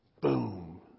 Boom